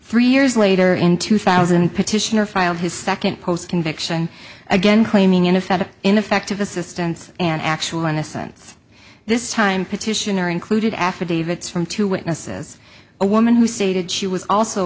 three years later in two thousand petitioner filed his second post conviction again claiming ineffective ineffective assistance and actual innocence this time petitioner included affidavits from two witnesses a woman who stated she was also